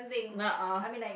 not uh